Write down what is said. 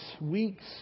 weeks